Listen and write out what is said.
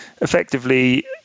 effectively